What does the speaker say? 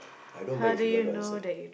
I don't mind if you don't want to answer